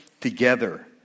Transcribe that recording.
together